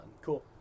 Cool